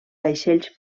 vaixells